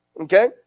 Okay